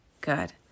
good